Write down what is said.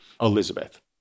Elizabeth